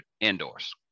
indoors